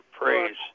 praise